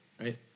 right